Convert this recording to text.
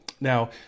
Now